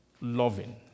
Loving